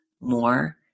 more